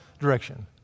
direction